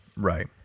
Right